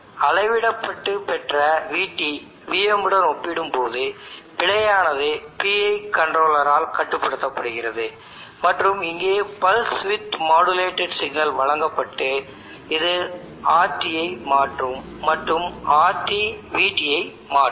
அளவிடப்பட்டு பெற்ற Vt Vm உடன் ஒப்பிடும்போது பிழையானது PI கண்ட்ரோலர் ஆல் கட்டுப்படுத்தப்படுகிறது மற்றும் இங்கே pulse width modulated signal வழங்கப்பட்டு இது Rt மாற்றும் மற்றும் Rt Vt ஐ மாற்றும்